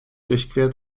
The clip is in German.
durchquert